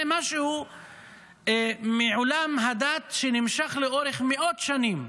זה משהו מעולם הדת שנמשך לאורך מאות שנים.